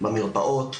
במרפאות,